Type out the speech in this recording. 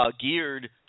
geared